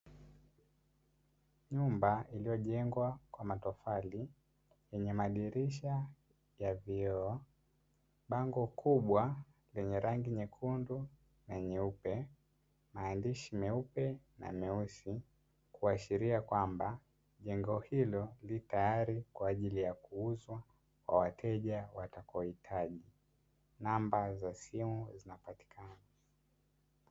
Nyumba iliyojengwa kwa matofali, yenye madirisha ya vioo, bango kubwa, lenye rangi nyekundu na nyeupe, maandishi meupe na meusi, kuashiria kwamba jengo hilo li tayari kwa ajili ya kuuzwa, kwa wateja watakaohitaji, namba za simu zinapatikana.